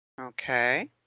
Okay